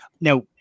now